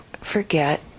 forget